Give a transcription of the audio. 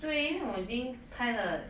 因为我已经拍了